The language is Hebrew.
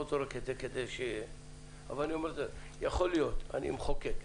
אני מחוקק,